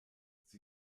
sie